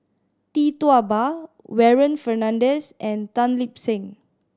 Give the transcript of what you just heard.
Tee Tua Ba Warren Fernandez and Tan Lip Seng